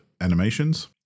animations